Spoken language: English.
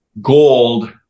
gold